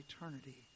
eternity